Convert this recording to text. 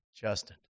Justin